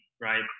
right